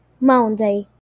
Monday